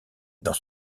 dans